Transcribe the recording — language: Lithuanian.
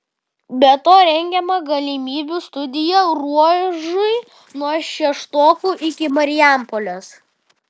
be to rengiama galimybių studija ruožui nuo šeštokų iki marijampolės